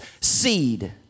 seed